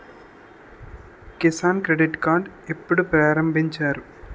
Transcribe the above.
Kisan credit card ఎప్పుడు ప్రారంభించారు?